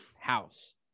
house